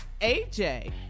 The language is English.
aj